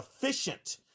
efficient